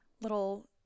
little